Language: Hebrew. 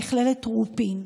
ממכללת רופין,